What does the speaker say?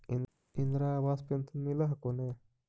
इन्द्रा आवास पेन्शन मिल हको ने?